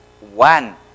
one